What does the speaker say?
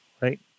right